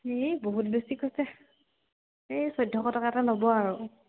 এই বহুত বেছি কৈছে এই চৈধ্যশ টকা এটা ল'ব আৰু